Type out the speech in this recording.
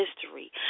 history